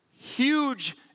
Huge